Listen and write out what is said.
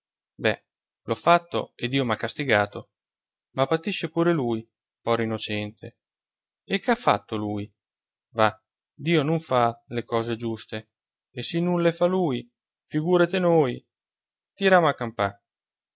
l'ho fatto e dio m'ha castigato ma patisce pure lui pro innocente e c'ha fatto lui va dio nun fa le cose giuste e si nun le fa lui figùrete noi tiramo a campà